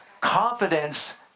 Confidence